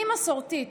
אני מסורתית.